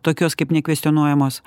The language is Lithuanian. tokios kaip nekvestionuojamos